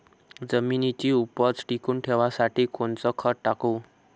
जमिनीची उपज टिकून ठेवासाठी कोनचं खत टाकू?